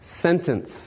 sentence